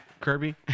kirby